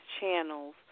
channels